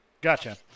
Gotcha